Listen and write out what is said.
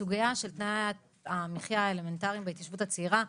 הסוגייה של תנאי המחייה האלמנטריים בהתיישבות הצעירה,